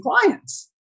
clients